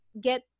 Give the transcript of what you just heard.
get